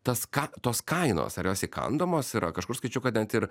tas ką tos kainos ar jos įkandamos yra kažkur skaičiau kad net ir